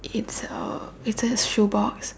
it's a it's a shoebox